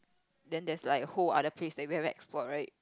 then there's like whole other place that we haven't explore right